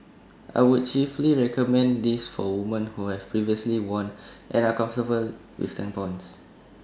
I would chiefly recommend this for women who have previously worn and are comfortable with tampons